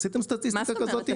עשיתם סטטיסטיקה כזאת?